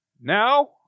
Now